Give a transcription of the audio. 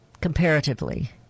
comparatively